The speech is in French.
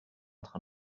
train